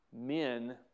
men